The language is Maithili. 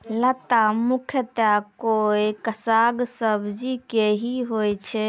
लता मुख्यतया कोय साग सब्जी के हीं होय छै